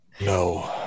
No